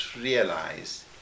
realize